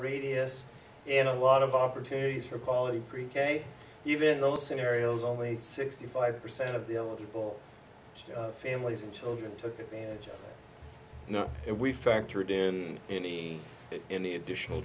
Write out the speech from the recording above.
radius and a lot of opportunities for quality pre k even those scenarios only sixty five percent of the ill people families and children took advantage of it we factored in any any additional